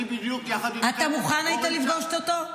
אני בדיוק יחד עם --- אתה היית מוכן לפגוש אותו?